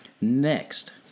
next